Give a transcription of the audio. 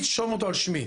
תרשום אותו על שמי,